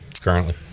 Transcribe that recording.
currently